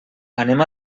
anem